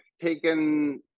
taken